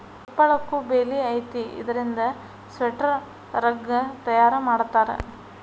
ತುಪ್ಪಳಕ್ಕು ಬೆಲಿ ಐತಿ ಇದರಿಂದ ಸ್ವೆಟರ್, ರಗ್ಗ ತಯಾರ ಮಾಡತಾರ